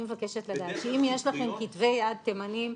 אני מבקשת לדעת שאם יש לכם כתבי יד תימניים,